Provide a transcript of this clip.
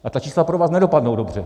A ta čísla pro vás nedopadnou dobře.